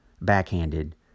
backhanded